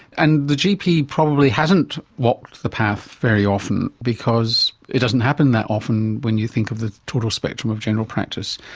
and the gp probably hasn't walked the path very often because it doesn't happen that often when you think of the total spectrum of general practice.